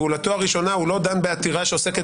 פעולתו הראשונה הוא לא דן בעתירה שעוסקת